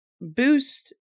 boost